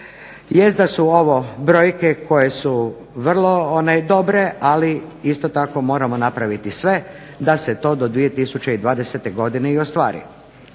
Jest da su ovo brojke koje su vrlo dobre. Ali isto tako moramo napraviti sve da se to do 2020. godine i ostvari.